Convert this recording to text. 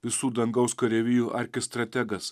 visų dangaus kareivijų arkistrategas